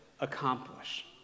accomplish